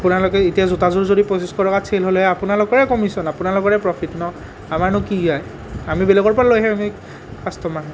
আপোনালোকে এতিয়া জোতাযোৰ যদি পঁচিছশ টকাত চেল হ'লে হয় আপোনালোকৰে কমিশ্বন আপোনালোকৰে প্ৰ'ফিট ন আমাৰনো কি যায় আমি বেলেগৰ পৰা লৈ আহিম আমি কাষ্ট'মাৰহে